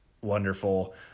wonderful